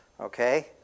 Okay